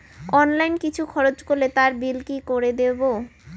Online কিছু খরচ করলে তার বিল কি করে দেবো?